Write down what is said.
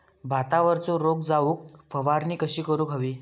भातावरचो रोग जाऊक फवारणी कशी करूक हवी?